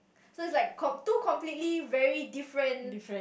so it's like com~ two completely very different